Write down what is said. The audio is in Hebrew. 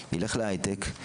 ילך להייטק,